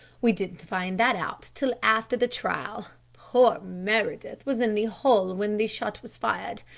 we didn't find that out till after the trial. poor meredith was in the hall when the shot was fired.